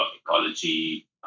ecology